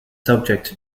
subject